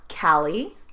Callie